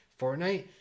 Fortnite